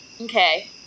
Okay